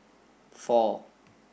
four